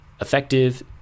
effective